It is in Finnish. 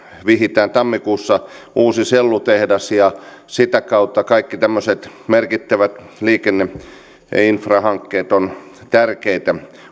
vihitään tammikuussa uusi sellutehdas ja sitä kautta kaikki tämmöiset merkittävät liikenne ja infrahankkeet ovat tärkeitä